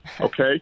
Okay